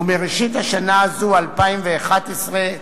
ומראשית השנה הזאת, 2011,